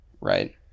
right